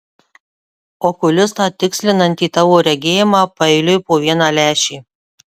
okulistą tikslinantį tavo regėjimą paeiliui po vieną lęšį